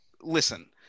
listen